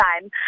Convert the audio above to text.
time